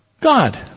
God